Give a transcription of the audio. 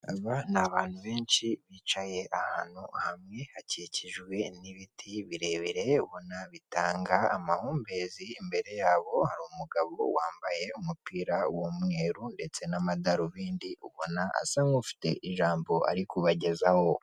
Aba ni abantu benshi bicaye ahantu hamwe hakikijwe n'ibiti birebire ubona bitanga amahumbezi, imbere yabo hari umugabo wambaye umupira w'umweru ndetse n'amadarobindi ubona asa nk'ufite ijambo ari kubagezaho.